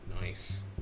Nice